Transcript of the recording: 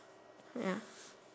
ya